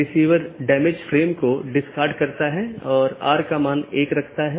दूसरे अर्थ में यह ट्रैफिक AS पर एक लोड है